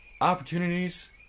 Opportunities